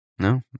no